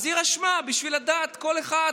אז היא רשמה בשביל לדעת מה כל אחד